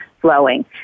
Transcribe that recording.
flowing